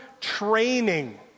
training